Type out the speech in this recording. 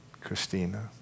Christina